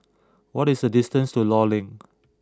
what is the distance to Law Link